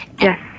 yes